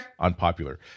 unpopular